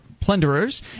Plunderers